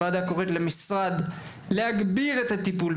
הוועדה קוראת למשרד להגביר את הטיפול,